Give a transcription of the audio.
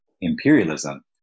imperialism